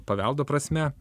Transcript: paveldo prasme